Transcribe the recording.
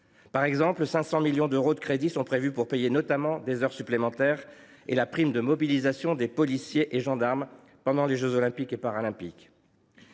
cet exemple, 500 millions d’euros de crédits sont prévus pour payer les heures supplémentaires et la prime de mobilisation des policiers et gendarmes ayant travaillé pendant les jeux Olympiques et Paralympiques.